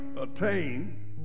attain